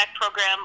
Program